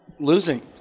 losing